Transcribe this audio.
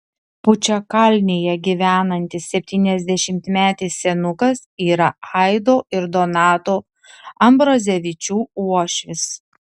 pučiakalnėje gyvenantis septyniasdešimtmetis senukas yra aido ir donato ambrazevičių uošvis